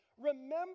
Remember